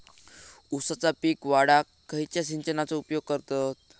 ऊसाचा पीक वाढाक खयच्या सिंचनाचो उपयोग करतत?